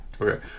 Okay